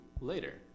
later